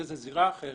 שזו זירה אחרת,